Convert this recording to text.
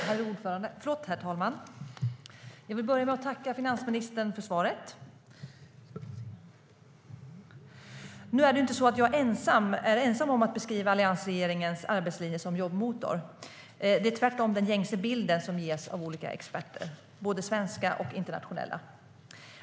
Herr talman! Jag vill börja med att tacka finansministern för svaret. Nu är det ju inte så att jag är ensam om att beskriva alliansregeringens arbetslinje som jobbmotor. Det är tvärtom den gängse bilden som ges av olika exporter, både svenska och internationella.